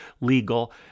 legal